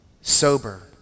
sober